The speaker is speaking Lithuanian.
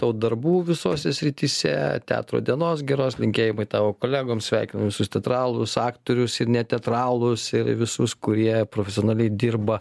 tau darbų visose srityse teatro dienos geros linkėjimai tavo kolegom sveikinu visus teatralus aktorius ir ne teatralus ir visus kurie profesionaliai dirba